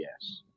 yes